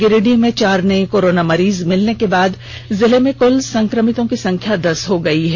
गिरिडीह में चार नए कोरोना मरीज मिलने के बाद जिले में कुल संकमितों की संख्या दस हो गयी है